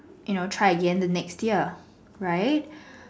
you know try again the next year right